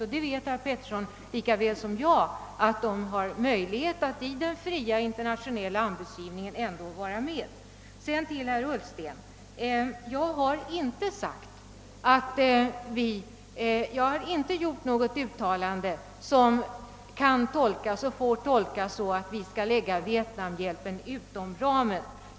Herr Petersson i Gäddvik vet lika väl som jag att de svenska företagen väl hävdar sig i den fria internationella anbudsgivningen. För herr Ullsten vill jag påpeka att jag inte gjort något uttalande som kan tolkas så, att jag anser att vi bör lägga vietnamhjälpen utanför ramen.